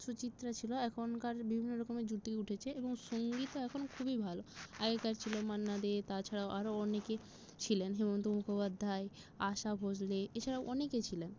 সুচিত্রা ছিল এখনকার বিভিন্ন রকমের জুটি উঠেছে এবং সঙ্গীতও এখন খুবই ভালো আগেকার ছিল মান্না দে তাছাড়াও আরো অনেকে ছিলেন হেমন্ত মুখোপাধ্যায় আশা ভোঁসলে এছাড়াও অনেকে ছিলেন